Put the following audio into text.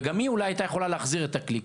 וגם היא אולי הייתה יכולה להחזיק את הכלי.